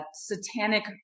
satanic